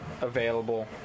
available